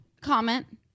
Comment